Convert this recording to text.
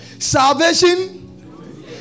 salvation